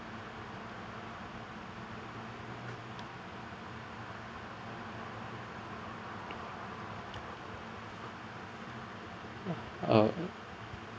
uh